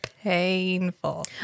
painful